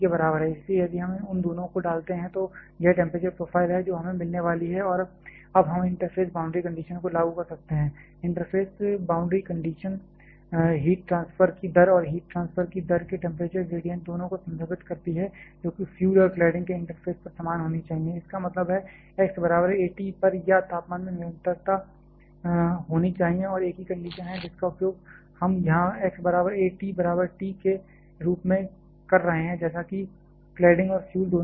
इसलिए यदि हम उन दोनों को डालते हैं तो यह टेंपरेचर प्रोफ़ाइल है जो हमें मिलने वाली है और अब हम इंटरफ़ेस बाउंड्री कंडीशन को लागू कर सकते हैं interface boundary condition heat transfer की दर और हीट ट्रांसफर की दर के टेंपरेचर ग्रेडियंट दोनों को संदर्भित करती है जोकि फ्यूल और क्लैडिंग के इंटरफेस पर समान होना चाहिए इसका मतलब है x बराबर a T पर या तापमान में निरंतरता होनी चाहिए और एक ही कंडीशन है जिसका उपयोग हम यहां x बराबर a T बराबर T के कर रहे हैं जैसा कि क्लैडिंग और फ्यूल दोनों के लिए है